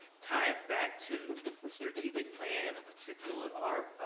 tie it back to strategic plan, a particular